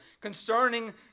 concerning